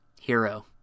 hero